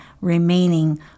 remaining